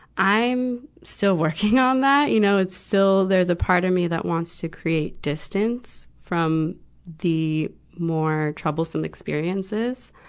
i'm still working on that. you know, it's still, there's a part of me that wants to create distance from the more troublesome experiences.